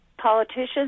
politicians